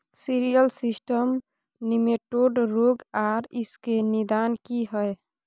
Cereal system nematode रोग आर इसके निदान की हय?